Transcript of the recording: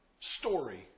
story